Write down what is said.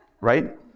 right